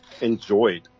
enjoyed